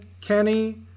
Kenny